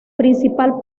principal